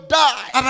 die